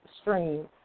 stream